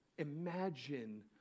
Imagine